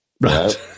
Right